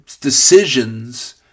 decisions